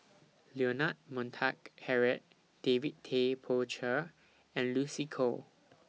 Leonard Montague Harrod David Tay Poey Cher and Lucy Koh